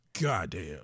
Goddamn